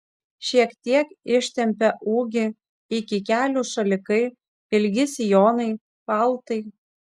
šiek tiek ištempia ūgį iki kelių šalikai ilgi sijonai paltai